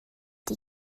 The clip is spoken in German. die